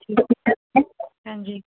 ਹਾਂਜੀ